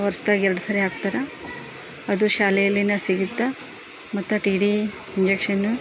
ವರ್ಷದಾಗ ಎರಡು ಸರಿ ಹಾಕ್ತಾರಾ ಅದು ಶಾಲೆಯಲ್ಲಿಯೇ ಸಿಗುತ್ತೆ ಮತ್ತು ಟಿ ಡಿ ಇಂಜೆಕ್ಷನ್ನು